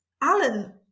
Alan